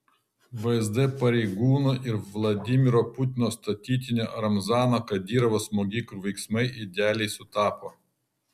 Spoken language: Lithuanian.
vsd pareigūnų ir vladimiro putino statytinio ramzano kadyrovo smogikų veiksmai idealiai sutapo